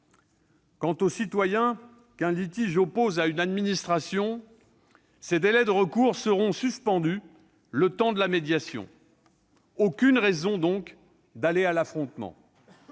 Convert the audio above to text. Quant au citoyen qu'un litige oppose à une administration, ses délais de recours seront suspendus le temps de la médiation. Il n'y a donc aucune raison d'aller à l'affrontement.